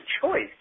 choice